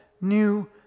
new